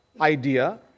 idea